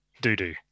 doo-doo